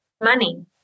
money